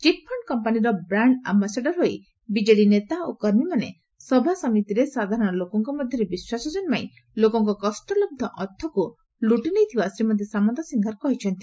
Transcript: chit fund କମ୍ପାନୀର brand ambassador ହୋଇ BJD ନେତା ଓ କର୍ମୀମାନେ ସଭା ସମିତିରେ ଗଣ୍ଡା ସାଧାରଣ ଲୋକଙ୍କ ମଧ୍ଧରେ ବିଶ୍ୱାସ ଜନ୍ନାଇ ଲୋକଙ୍କ କଷ୍ଟଲହ ଅର୍ଥକୁ ଲୁଟି ନେଇଥିବା ଶ୍ରୀମତୀ ସାମନ୍ତସିଂହାର କହିଛନ୍ତି